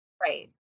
Right